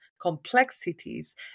complexities